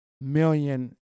million